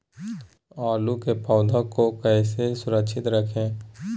आलू के पौधा को कैसे सुरक्षित रखें?